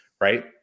right